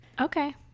Okay